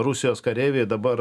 rusijos kareiviai dabar